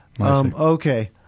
Okay